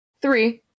three